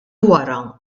wara